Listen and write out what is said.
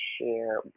share